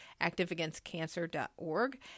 activeagainstcancer.org